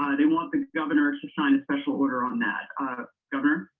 ah they want the governor to sign a special order on that governor.